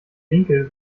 winkel